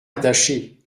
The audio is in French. attachée